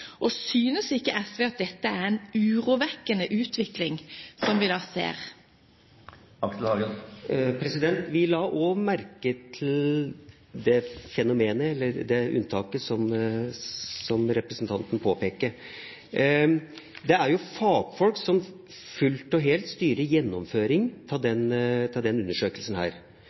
Og synes ikke SV at det er en urovekkende utvikling vi da ser? Vi la også merke til det fenomenet, eller unntaket, som representanten påpeker. Det er jo fagfolk som fullt og helt styrer gjennomføringen av denne undersøkelsen.